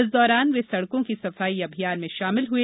इस दौरान वे सड़को की सफाई अभियान में शामिल हुए